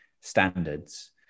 standards